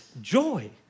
joy